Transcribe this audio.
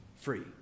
free